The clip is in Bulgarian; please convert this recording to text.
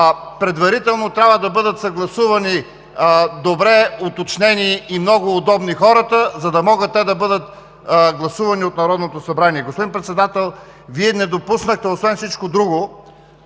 предварително трябва да бъдат съгласувани, добре уточнени и много удобни хората, за да могат те да бъдат гласувани от Народното събрание. Господин Председател, Вие не допуснахте освен всичко друго...